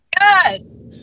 Yes